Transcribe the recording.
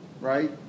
right